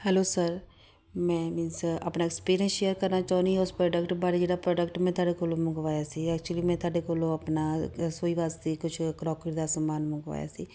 hello sir ਮੈਂ means ਆਪਣਾ experience share ਕਰਨਾ ਚਾਹੁੰਦੀ ਹਾਂ ਉਸ ਪ੍ਰੋਡਕਟ ਬਾਰੇ ਜਿਹੜਾ ਪ੍ਰੋਡਕਟ ਮੈਂ ਤੁਹਾਡੇ ਕੋਲੋਂ ਮੰਗਵਾਇਆ ਸੀ ਐਕਚੁਲੀ ਮੈਂ ਤੁਹਾਡੇ ਕੋਲੋਂ ਆਪਣਾ ਰਸੋਈ ਵਾਸਤੇ ਕੁਛ ਕਰੋਕਰੀ ਦਾ ਸਮਾਨ ਮੰਗਵਾਇਆ ਸੀ